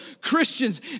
Christians